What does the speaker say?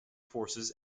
forces